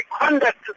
conduct